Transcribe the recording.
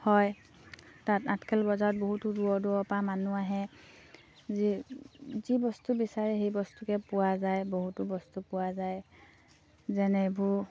হয় তাত আঠখেল বজাৰত বহুতো দূৰৰ দূৰৰপৰা মানুহ আহে যি যি বস্তু বিচাৰে সেই বস্তুকে পোৱা যায় বহুতো বস্তু পোৱা যায় যেনে এইবোৰ